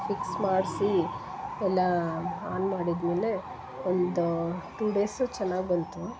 fix ಮಾಡಿಸಿ ಎಲ್ಲ on ಮಾಡಿದ ಮೇಲೆ ಒಂದು ಟು ಡೇಸು ಚೆನ್ನಾಗಿ ಬಂತು